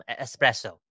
Espresso